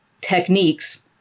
techniques